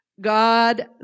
God